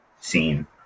scene